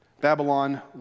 Babylon